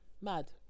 mad